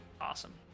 awesome